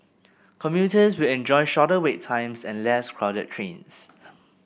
commuters will enjoy shorter wait times and less crowded trains